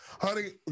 honey